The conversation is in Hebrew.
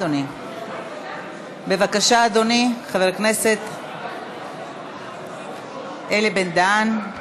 בבקשה, אדוני, חבר הכנסת אלי בן-דהן.